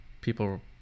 people